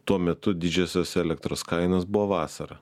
tuo metu didžiosios elektros kainos buvo vasarą